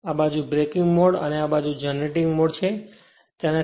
અને આ બાજુ બ્રેકિંગ મોડ અને આ બાજુ જનરેટિંગ મોડ છે